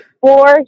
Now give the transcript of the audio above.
four